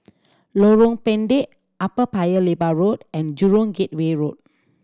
Lorong Pendek Upper Paya Lebar Road and Jurong Gateway Road